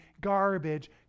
garbage